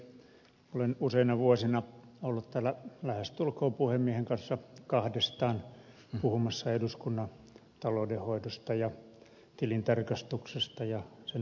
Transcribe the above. olen useina vuosina ollut täällä lähestulkoon puhemiehen kanssa kahdestaan puhumassa eduskunnan taloudenhoidosta ja tilintarkastuksesta ja sen hallinnosta